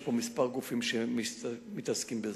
יש פה כמה גופים שמתעסקים בזה.